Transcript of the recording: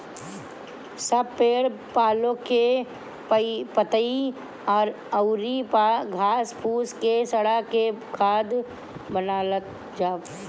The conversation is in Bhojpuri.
सब पेड़ पालो के पतइ अउरी घास फूस के सड़ा के खाद बनत हवे